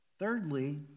Thirdly